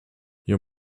your